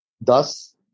Thus